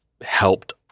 helped